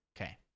Okay